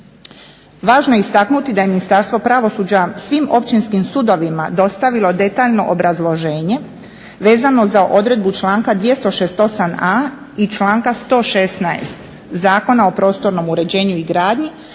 Važno je istaknuti da je Ministarstvo pravosuđa svim općinskim sudovima dostavilo detaljno obrazloženje vezano za odredbu članka 268.a i članka 116. Zakona o prostornom uređenju i gradnji